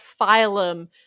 phylum